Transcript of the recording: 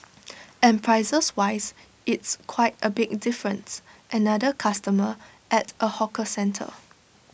and prices wise it's quite A big difference another customer at A hawker centre